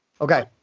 Okay